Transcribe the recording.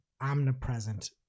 omnipresent